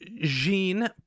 Jean